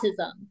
autism